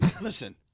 Listen